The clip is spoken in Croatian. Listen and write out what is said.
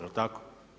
Jel' tako?